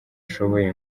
ashoboye